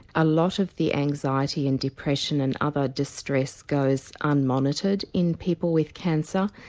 a lot of the anxiety and depression and other distress goes unmonitored in people with cancer,